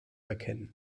erkennen